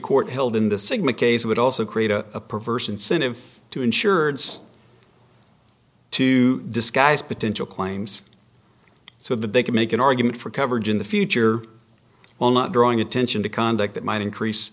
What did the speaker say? court held in the sigma case would also create a perverse incentive to insurance to disguise potential claims so that they could make an argument for coverage in the future while not drawing attention to conduct that might increase